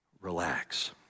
relax